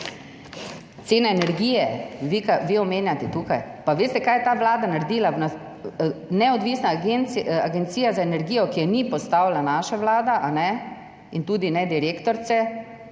cene energije. Pa veste, kaj je ta vlada naredila? Neodvisna agencija za energijo, ki je ni postavila naša vlada in tudi ne direktorice,